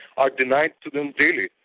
are denied to them daily,